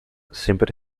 sempre